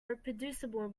reproducible